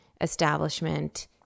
establishment